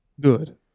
Good